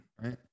right